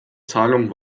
zahlung